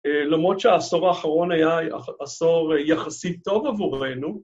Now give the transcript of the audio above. למרות שהעשור האחרון היה עשור יחסית טוב עבורנו.